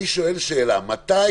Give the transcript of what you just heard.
מתי